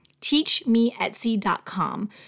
teachmeetsy.com